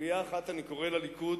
קריאה אחת, אני קורא לליכוד,